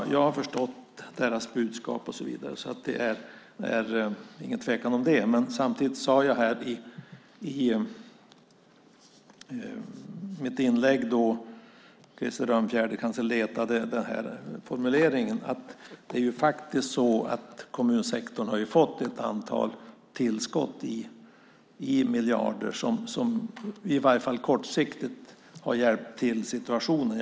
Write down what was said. Jag har förstått deras budskap. Samtidigt sade jag i mitt inlägg - Krister Örnfjäder kanske letade efter den formuleringen - att kommunsektorn har fått ett tillskott med ett antal miljarder som i varje fall kortsiktigt har hjälpt upp situationen.